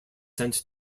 sent